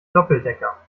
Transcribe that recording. doppeldecker